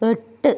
എട്ട്